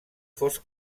fos